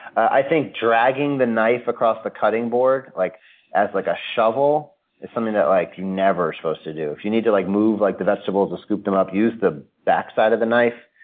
i think dragging the knife across the cutting board like as like a shovel is something that like you're never supposed to do. if you need to like move like the vegetables or scoop them up, use the backside of the knife,